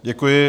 Děkuji.